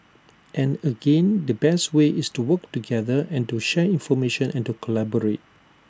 and again the best way is to work together and to share information and to collaborate